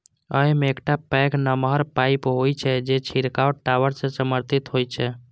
अय मे एकटा पैघ नमहर पाइप होइ छै, जे छिड़काव टावर सं समर्थित होइ छै